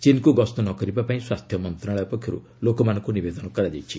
ଚୀନ୍କୁ ଗସ୍ତ ନ କରିବାପାଇଁ ସ୍ୱାସ୍ଥ୍ୟ ମନ୍ତ୍ରଣାଳୟ ପକ୍ଷରୁ ଲୋକମାନଙ୍କୁ ନିବେଦନ କରାଯାଇଛି